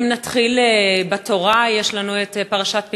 אם נתחיל בתורה, יש לנו פרשת פנחס,